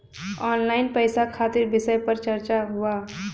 Online पैसा खातिर विषय पर चर्चा वा?